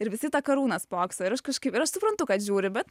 ir visi į tą karūną spokso ir aš kažkaip suprantu kad žiūri bet